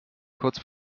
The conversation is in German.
kurz